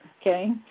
okay